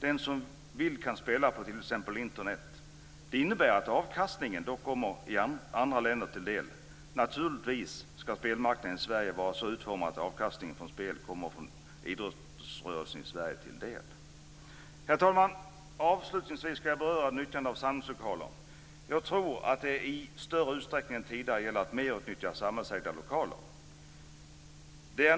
Den som vill kan spela på t.ex. Internet. Det innebär att avkastningen då kommer andra länder till del. Naturligtvis ska spelmarknaden i Sverige vara så utformad att avkastningen från spel kommer idrottsrörelsen i Sverige till del. Herr talman! Avslutningsvis ska jag beröra utnyttjande av samlingslokaler. Jag tror att det i större utsträckning än tidigare gäller att merutnyttja samhällsägda lokaler.